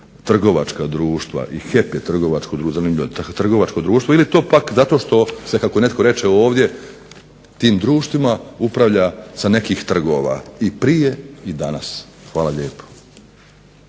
trgovačka društva. I HEP je trgovačko društvo zanimljivo ili to pak zato što se kako netko reče ovdje tim društvima upravlja sa nekih trgova i prije i danas. Hvala lijepo.